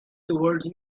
towards